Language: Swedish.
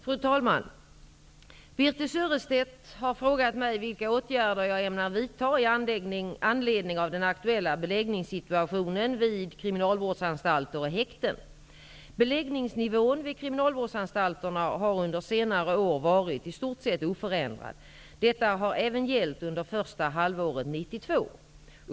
Fru talman! Birthe Sörestedt har frågat mig vilka åtgärder jag ämnar vidta i anledning av den aktuella beläggningssituationen vid kriminalvårdsanstalter och häkten. Beläggningsnivån vid kriminalvårdsanstalterna har under senare år varit i stort sett oförändrad. Detta har även gällt under första halvåret 1992.